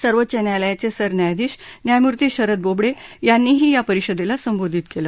सर्वोच्च न्यायालयाचे सरन्यायाधीश न्यायमूर्ती शदर बोबडे यांनीही या परिषदेला संबोधित केलं